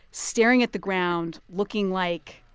staring at the ground, looking, like,